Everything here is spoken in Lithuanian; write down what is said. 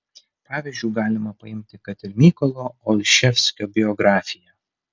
pavyzdžiu galima paimti kad ir mykolo olševskio biografiją